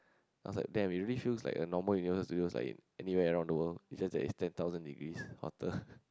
I was like damn it really feels like a normal Universal-Studios like in at anywhere in the world just that it is ten thousand degrees hotter